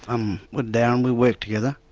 um with darren, we work together.